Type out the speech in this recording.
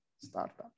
startups